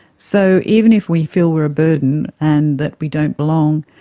so even if we feel we are a burden and that we don't belong,